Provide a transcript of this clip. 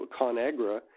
Conagra